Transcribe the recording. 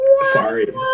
sorry